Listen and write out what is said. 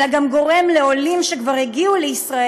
אלא גם גורם לעולים שכבר הגיעו לישראל